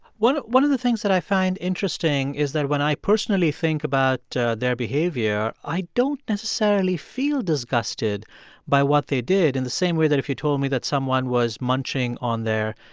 one one of the things that i find interesting is that when i personally think about their behavior, i don't necessarily feel disgusted by what they did in the same way that if you told me that someone was munching on their,